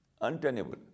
untenable